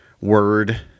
word